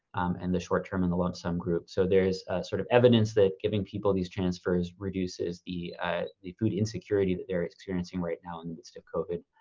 and the short term and the longterm group. so there's a sort of evidence that giving people these transfers reduces the the food insecurity that they're experiencing right now in the midst of covid,